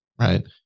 Right